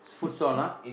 food stall ah